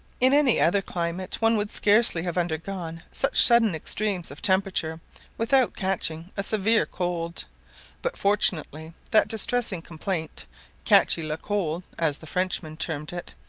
in any other climate one would scarcely have undergone such sudden extremes of temperature without catching a severe cold but fortunately that distressing complaint catchee le cold, as the frenchman termed it,